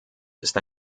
ist